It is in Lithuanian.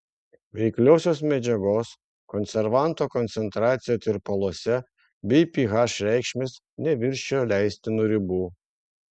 veikliosios medžiagos konservanto koncentracija tirpaluose bei ph reikšmės neviršijo leistinų ribų